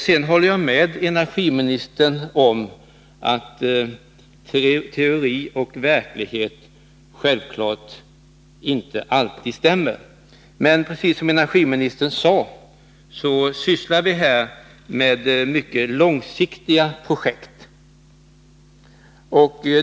Jag håller med energiministern om att teori och verklighet självfallet inte alltid stämmer. Men, precis som energiministern sade, handlar det här om mycket långsiktiga projekt.